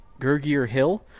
Gergier-Hill